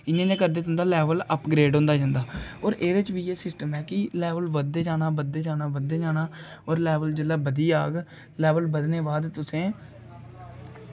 इयां इयां करदे तुं'दा लेवल अपग्रेड होंदा जंदा होर एह्दे च बी इ'यै सिस्टम ऐ कि लेवल बधदे जाना बधदे जाना होर लेवल जेल्लै बधी जाह्ग लेवल बधने बाद तुसें